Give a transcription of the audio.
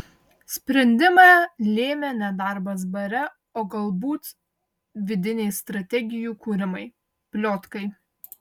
sprendimą lėmė ne darbas bare o galbūt vidiniai strategijų kūrimai pliotkai